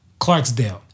Clarksdale